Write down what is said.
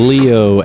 Leo